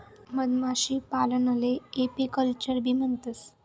मधमाशीपालनले एपीकल्चरबी म्हणतंस